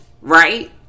right